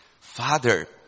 Father